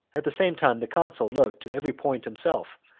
at the same time the consul looked to every point himself,